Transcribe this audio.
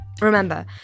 Remember